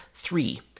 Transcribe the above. Three